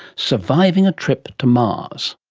surviving a trip to mars.